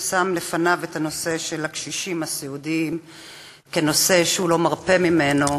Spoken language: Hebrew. ששם לפניו את הנושא של הקשישים הסיעודיים כנושא שהוא לא מרפה ממנו,